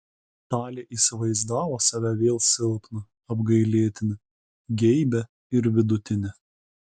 talė įsivaizdavo save vėl silpną apgailėtiną geibią ir vidutinę